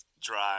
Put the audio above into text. drive